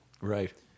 Right